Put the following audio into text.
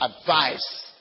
advice